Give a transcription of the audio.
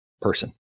person